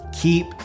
Keep